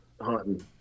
hunting